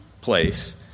place